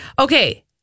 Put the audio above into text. Okay